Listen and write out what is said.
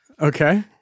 Okay